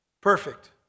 perfect